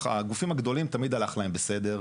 הגופים הגדולים תמיד הלך להם בסדר.